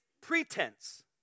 pretense